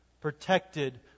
protected